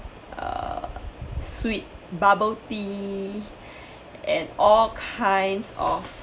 err sweet bubble tea and all kinds of